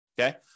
okay